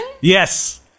yes